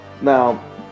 Now